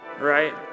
right